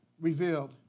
revealed